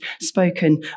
spoken